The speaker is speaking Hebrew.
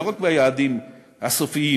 לא רק ביעדים הסופיים